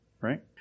right